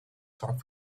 talk